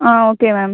ah okay ma'am